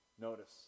Notice